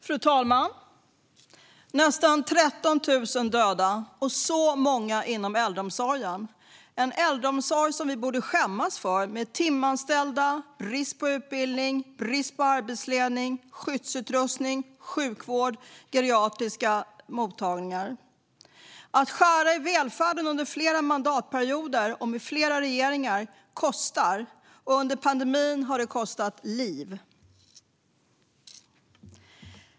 Fru talman! Nästan 13 000 döda - och så många inom äldreomsorgen, en äldreomsorg som vi borde skämmas för med timanställda och brist på utbildning, brist på arbetsledning, brist på skyddsutrustning och brist på sjukvård och geriatriska mottagningar. Att skära i välfärden under flera mandatperioder och regeringar kostar, och under pandemin har det kostat liv.